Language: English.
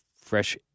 fresh